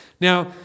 Now